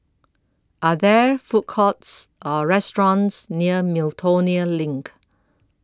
Are There Food Courts Or restaurants near Miltonia LINK